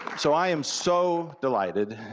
so, i am so delighted,